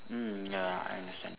mm ya I understand